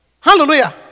Hallelujah